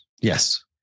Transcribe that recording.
Yes